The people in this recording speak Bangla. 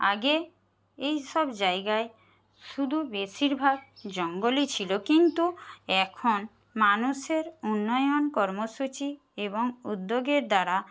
আগে এই সব জায়গায় শুধু বেশিরভাগ জঙ্গলই ছিল কিন্তু এখন মানুষের উন্নয়ন কর্মসূচী এবং উদ্যোগের দ্বারা